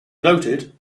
noted